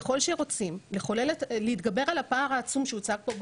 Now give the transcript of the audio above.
ככל שרוצים להתגבר על הפער העצום שהוצג פה בוועדה,